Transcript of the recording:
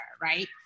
right